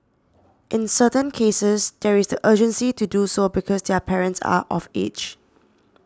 in certain cases there is the urgency to do so because their parents are of age